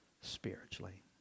spiritually